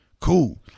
Cool